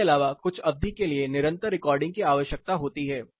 इसके अलावा कुछ अवधि के लिए निरंतर रिकॉर्डिंग की आवश्यकता होती है